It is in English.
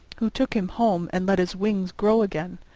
who took him home and let his wings grow again.